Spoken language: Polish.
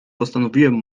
postanowiłem